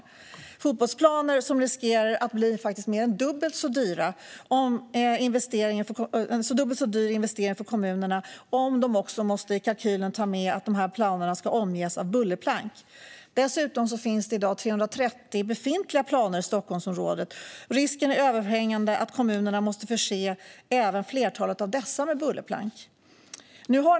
Dessa fotbollsplaner riskerar att bli en mer än dubbelt så dyr investering för kommunerna om de också måste ta med i kalkylen att planerna ska omges av bullerplank. Dessutom finns det redan i dag 330 planer i Stockholmsområdet - risken är överhängande att kommunerna måste förse även flertalet av dessa med bullerplank.